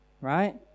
right